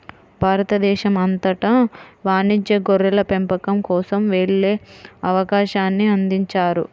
భారతదేశం అంతటా వాణిజ్య గొర్రెల పెంపకం కోసం వెళ్ళే అవకాశాన్ని అందించారు